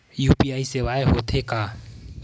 UPI सेवाएं हो थे का?